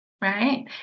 right